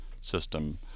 system